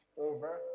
over